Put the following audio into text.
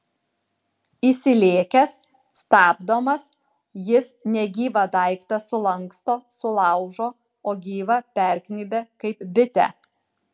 įsilėkęs stabdomas jis negyvą daiktą sulanksto sulaužo o gyvą pergnybia kaip bitę